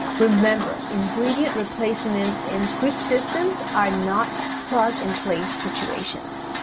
remember, ingredient replacements in food systems are not plug-and-play situations.